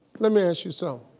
let me ask you so